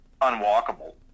unwalkable